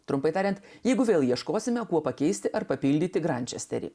trumpai tariant jeigu vėl ieškosime kuo pakeisti ar papildyti grančesterį